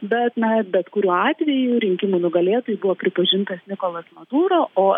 bet na bet kuriuo atveju rinkimų nugalėtoju buvo pripažintas nikolas natūra o